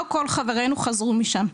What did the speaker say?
לא כל חברינו חזרו משם.